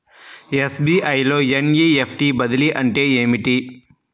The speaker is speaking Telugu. ఎస్.బీ.ఐ లో ఎన్.ఈ.ఎఫ్.టీ బదిలీ అంటే ఏమిటి?